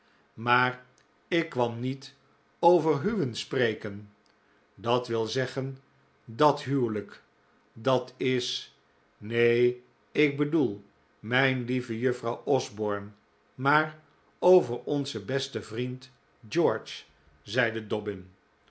maar ik kwam nict over huwen spreken dat wil zeggen dat huwelijk dat is neen ik bedoel mijn lieve juffrouw osborne maar over onzen besten vriend george zeide dobbin